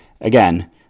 again